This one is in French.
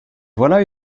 voilà